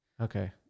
Okay